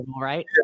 right